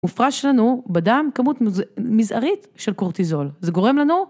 הופרש לנו בדם כמות מזערית של קורטיזול, זה גורם לנו...